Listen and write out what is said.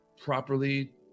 properly